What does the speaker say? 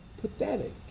pathetic